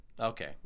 Okay